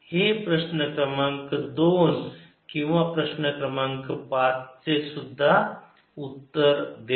हे प्रश्न क्रमांक दोन किंवा प्रश्न क्रमांक पाच चे सुद्धा उत्तर देते